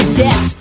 yes